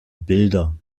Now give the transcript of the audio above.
bilder